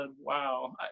wow